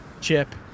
Chip